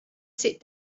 sit